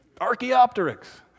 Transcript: Archaeopteryx